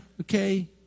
Okay